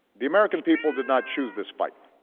the american people did not choose this fight.